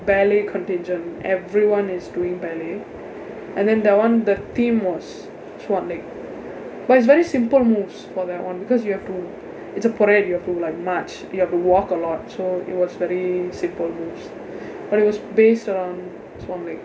ballet contingent everyone is doing ballet and then that one the theme was swan lake but it's very simple moves for that one because you have to it's a parade you have to like march you have to walk a lot so it was very simple rules but it was based around swan lake